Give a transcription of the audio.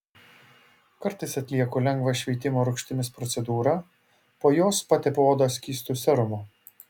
kartais atlieku lengvą šveitimo rūgštimis procedūrą po jos patepu odą skystu serumu